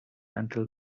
until